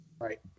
right